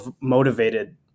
motivated